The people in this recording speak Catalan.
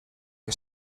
que